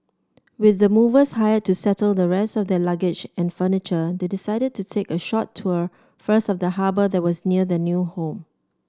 with the movers hired to settle the rest of their luggage and furniture they decided to take a short tour first of the harbour that was near their new home